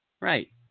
Right